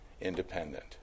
independent